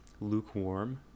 lukewarm